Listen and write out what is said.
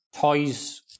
toys